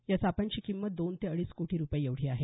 या सापांची किंमत दोन ते अडीच कोटी रूपये एवढी आहे